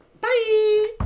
Bye